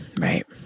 Right